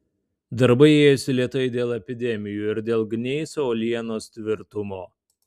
darbai ėjosi lėtai dėl epidemijų ir dėl gneiso uolienos tvirtumo